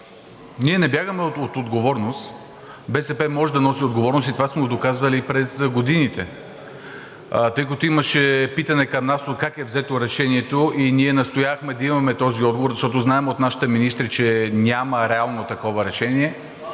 Ние не бягаме от отговорност. БСП може да носи отговорност и това сме го доказвали през годините. Тъй като имаше питане към нас: как е взето решението, ние настоявахме да имаме този отговор, защото знаем от нашите министри, че реално няма такова решение,